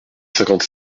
cinquante